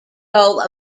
role